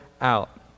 out